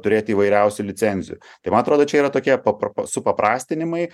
turėti įvairiausių licenzijų tai man atrodo čia yra tokie papar supaprastinimai